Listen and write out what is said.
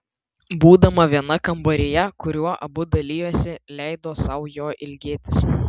būdama viena kambaryje kuriuo abu dalijosi leido sau jo ilgėtis